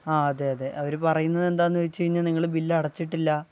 ആ അതെ അതെ അവര് പറയുന്നതെന്താണെന്നുവച്ചുകഴിഞ്ഞാല് നിങ്ങള് ബില്ലടച്ചിട്ടില്ല